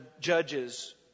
judges